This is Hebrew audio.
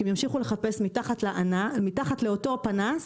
שאם ימשיכו לחפש מתחת לאותו פנס,